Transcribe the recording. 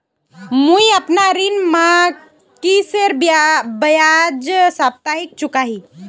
मुईअपना ऋण मासिकेर बजाय साप्ताहिक चुका ही